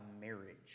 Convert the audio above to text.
marriage